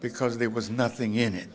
because there was nothing in it